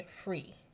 free